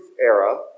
era